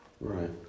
right